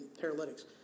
paralytics